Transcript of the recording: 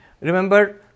Remember